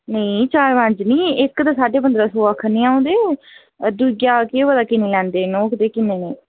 नेईं चार पंज नी इक दा अऊं साढे पंदरां सौ आक्खा नीं अ'ऊं दे दूइया दा केह् पता किन्ना लैंदे न ओह् ते किन्ना नेईं